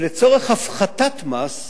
שלצורך הפחתת מס,